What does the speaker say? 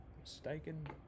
mistaken